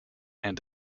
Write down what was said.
and